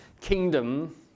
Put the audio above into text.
kingdom